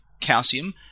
calcium